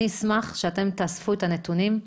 אני אשמח שאתם תאספו את הנתונים.